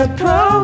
pro